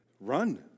Run